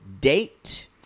date